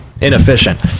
inefficient